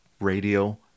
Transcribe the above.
radio